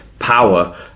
Power